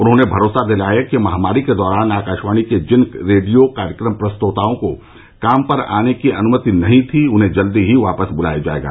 उन्होंने भरोसा दिलाया कि महामारी के दौरान आकाशवाणी के जिन रेडियो कार्यक्रम प्रस्तोताओं को काम पर आने की अनुमति नहीं थी उन्हें जल्द ही वापस बुलाया जाएगा